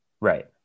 right